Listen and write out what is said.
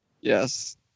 Yes